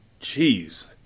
Jeez